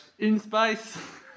InSpace